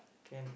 can